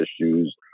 issues